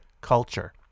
culture